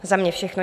Za mě všechno.